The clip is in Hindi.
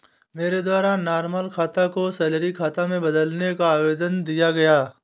मेरे द्वारा नॉर्मल खाता को सैलरी खाता में बदलने का आवेदन दिया गया